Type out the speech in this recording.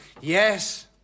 Yes